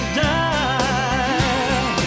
die